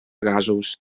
gasos